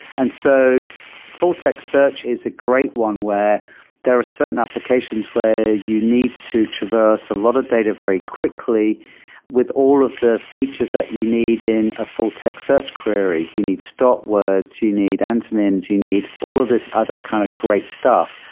and so full-text search is a great one where there are certain applications where you need to traverse a lot of data very quickly with all of the features that you need in a full text search query. you need start words, you you need antonyms, you need all of this other kind of great stuff,